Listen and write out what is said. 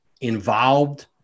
involved